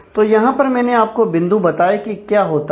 तो यहां पर मैंने आपको बिंदु बताएं कि क्या होता है